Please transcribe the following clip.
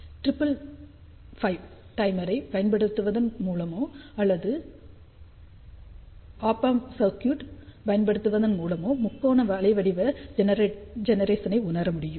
triple five டைமரைப் பயன்படுத்துவதன் மூலமோ அல்லது ஒப் ஆம் சர்க்யூட் பயன்படுத்துவதன் மூலமோ முக்கோண அலைவடிவ ஜெனரேசனை உணர முடியும்